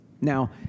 Now